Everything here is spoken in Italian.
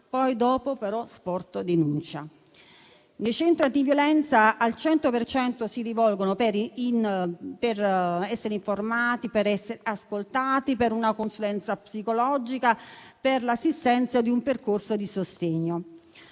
non ha poi sporto denuncia. Ai centri antiviolenza al 100 per cento si rivolgono per essere informate, per essere ascoltate, per una consulenza psicologica o per l'assistenza in un percorso di sostegno.